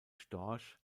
storch